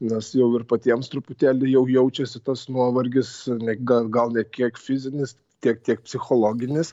nes jau ir patiems truputėlį jau jaučiasi tas nuovargis ne gal gal ne kiek fizinis tiek kiek psichologinis